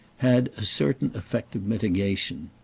had a certain effect of mitigation.